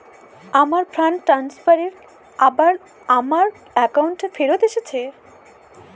আমার fund transfer এর টাকা আবার আমার একাউন্টে ফেরত এসেছে